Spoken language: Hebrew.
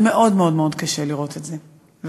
זה מאוד מאוד קשה לראות את זה,